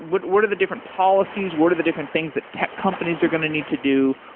what what are the different policies, what are the different things that tech companies are going to need to do,